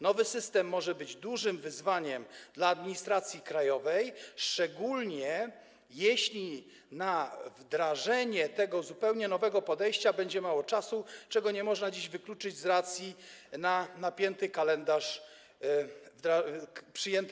Nowy system może być dużym wyzwaniem dla administracji krajowej, szczególnie jeśli na wdrożenie tego zupełnie nowego podejścia będzie mało czasu, czego nie można dziś wykluczyć ze względu na napięty kalendarz, który został przyjęty.